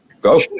Go